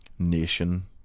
nation